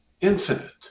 Infinite